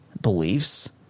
beliefs